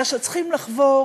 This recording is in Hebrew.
אלא צריכים לחבור